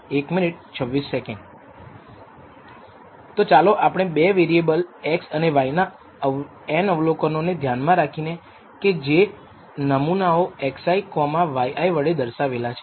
તો ચાલો આપણે 2 વેરીએબલ x અને y ના n અવલોકનો ધ્યાનમાં લઈએ કે જે નમૂનાઓ xi કોમાં yi વળે દર્શાવેલ છે